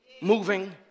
moving